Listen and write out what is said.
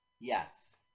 Yes